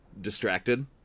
distracted